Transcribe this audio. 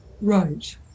Right